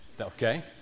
okay